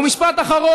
ומשפט אחרון.